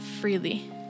freely